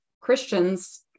Christians